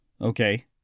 Okay